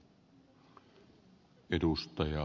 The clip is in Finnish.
arvoisa puhemies